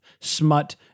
smut